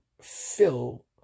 fill